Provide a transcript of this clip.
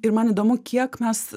ir man įdomu kiek mes